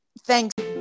Thanks